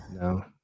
No